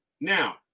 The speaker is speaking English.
Now